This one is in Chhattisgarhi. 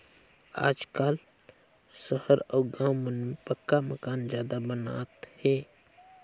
आजकाल सहर अउ गाँव मन में पक्का मकान जादा बनात हे